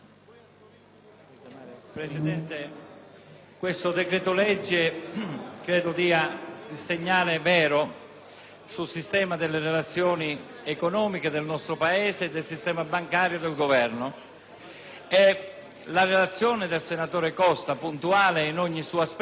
Presidente, credo che il decreto-legge in discussione dia il segnale vero sul sistema delle relazioni economiche del nostro Paese, del sistema bancario e del Governo. La relazione del senatore Costa, puntuale in ogni suo aspetto,